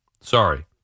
Sorry